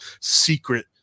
secret